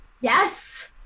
Yes